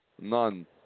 None